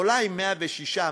אולי 106,